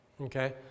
Okay